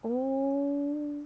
oh